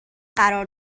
قرار